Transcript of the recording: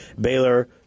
Baylor